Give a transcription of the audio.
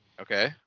Okay